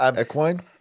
Equine